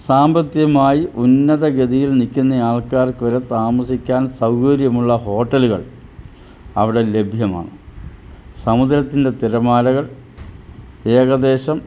സാമ്പത്തികമായി ഉന്നതഗതിയിൽ നിൽക്കുന്ന ആൾക്കാർക്ക് വരെ താമസിക്കാൻ സൗകര്യമുള്ള ഹോട്ടലുകൾ അവിടെ ലഭ്യമാണ് സമുദ്രത്തിൻ്റെ തിരമാലകൾ ഏകദേശം